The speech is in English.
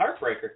heartbreaker